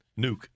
Nuke